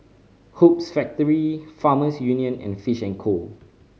Hoops Factory Farmers Union and Fish and Co